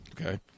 Okay